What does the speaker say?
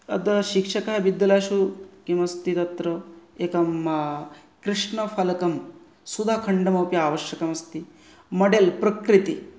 अतः शिक्षकः विद्यालयेषु किमस्ति तत्र एकं कृष्णफलकं सुधाखण्डमपि आवश्यकमस्ति माडल् प्रकृति